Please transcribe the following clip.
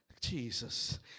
Jesus